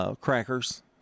Crackers